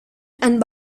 and